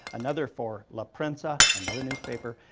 another for la prensa another newspaper,